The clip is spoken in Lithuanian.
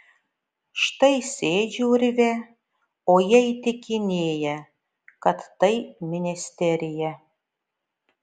štai sėdžiu urve o jie įtikinėja kad tai ministerija